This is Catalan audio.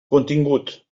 contingut